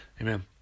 Amen